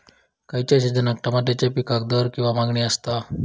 खयच्या सिजनात तमात्याच्या पीकाक दर किंवा मागणी आसता?